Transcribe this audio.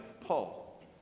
Paul